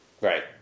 Right